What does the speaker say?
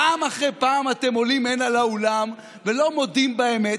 פעם אחרי פעם אתם עולים הנה לאולם ולא מודים באמת.